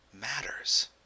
matters